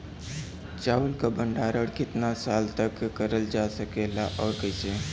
चावल क भण्डारण कितना साल तक करल जा सकेला और कइसे?